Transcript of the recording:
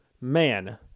Man